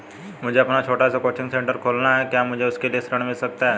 मुझे अपना छोटा सा कोचिंग सेंटर खोलना है क्या मुझे उसके लिए ऋण मिल सकता है?